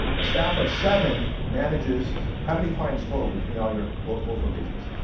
a staff of seven manages how many clients total between your both both locations?